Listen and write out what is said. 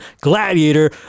Gladiator